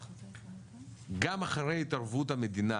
גם אחרי התערבות המדינה